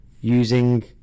using